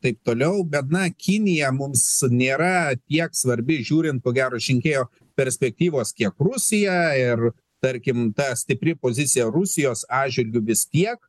taip toliau bet na kinija mums nėra tiek svarbi žiūrint ko gero iš rinkėjo perspektyvos kiek rusija ir tarkim ta stipri pozicija rusijos atžvilgiu vis tiek tiek